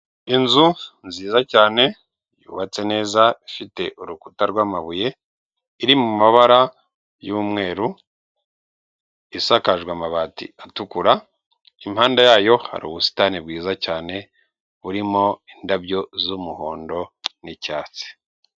Inzu nziza cyane yubatse neza ifite urukuta rw'amabuye, iri mu mabara y'umweru isakajwe amabati atukura, impande yayo hari ubusitani bwiza cyane burimo indabyo z'umuhondo, n'icyatsi.